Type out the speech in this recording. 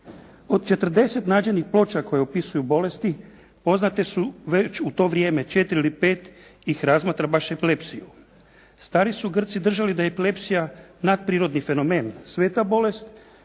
Od 40 nađenih ploča koje opisuju bolesti, poznate su već u to vrijeme 4 ili 5 ih razmatra baš epilepsiju. Stari su Grci držali da je epilepsija natprirodni fenomen, sveta bolest,